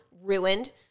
ruined